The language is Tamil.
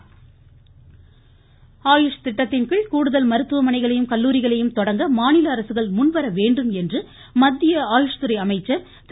றீபத் யஸோ நாயக் ஆயுஷ் திட்டத்தின்கீழ் கூடுதல் மருத்துவமனைகளையும கல்லூரிகளையும் தொடங்க மாநில அரசுகள் முன்வரவேண்டும் என்று மத்திய ஆயுஷ் துறை அமைச்சா் திரு